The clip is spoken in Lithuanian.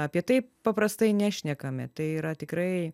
apie tai paprastai nešnekame tai yra tikrai